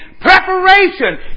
preparation